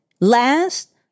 last